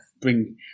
bring